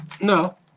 No